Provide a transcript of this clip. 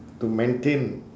to maintain